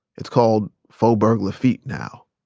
it's called faubourg lafitte now.